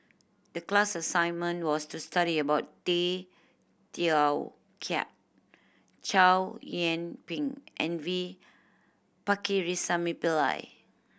the class assignment was to study about Tay Teow Kiat Chow Yian Ping and V Pakirisamy Pillai